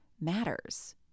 matters